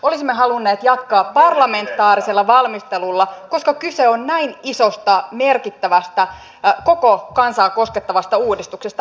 olisimme halunneet jatkaa parlamentaarisella valmistelulla koska kyse on näin isosta merkittävästä koko kansaa koskettavasta uudistuksesta